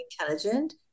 intelligent